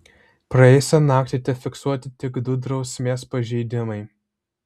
praėjusią naktį tefiksuoti tik du drausmės pažeidimai